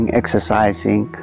exercising